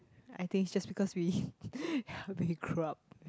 I think it's just because we we grew up